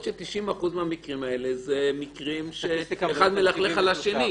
ש-90% מהמקרים האלה הם כאלה שאחד מלכלך על האחר